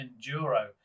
enduro